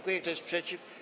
Kto jest przeciw?